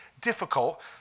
difficult